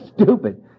stupid